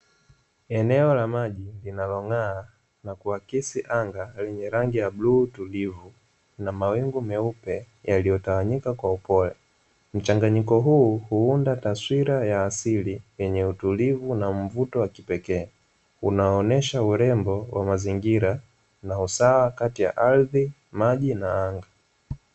Eneo la maji linalong'aa na kuakisi anga lenye rangi ya buluu tulivu, na mawingu meupe yaliyotawanyika kwa upole. Mchanganyiko huu huunda taswira ya asili yenye utulivu na mvuto wa kipekee, unaonesha urembo wa mazingira na usawa kati ya ardhi, maji na anga.